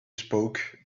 spoke